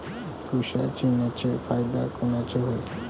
तुषार सिंचनाचे फायदे कोनचे हाये?